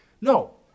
No